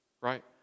right